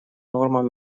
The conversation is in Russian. нормам